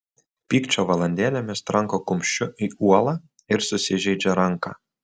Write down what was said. pykčio valandėlėmis tranko kumščiu į uolą ir susižeidžia ranką